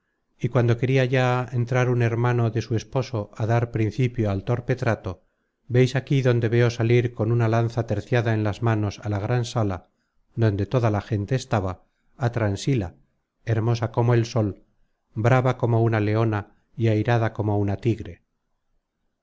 y cuando queria ya entrar un hermano de su esposo á dar principio al torpe trato veis aquí donde veo salir con una lanza terciada en las manos a la gran sala donde toda la gente estaba á transila hermosa como el sol brava como una leona y airada como una tigre